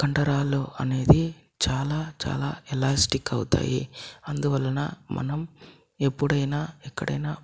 కండరాలు అనేది చాలా చాలా ఎలాస్టిక్ అవుతాయి అందువలన మనం ఎపుడైనా ఎక్కడైనా